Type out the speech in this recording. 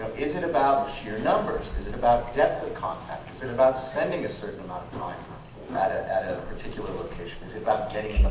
is it about your numbers? is it about depth of contact? is it about spending a certain amount of time at ah at a particular location? is it about getting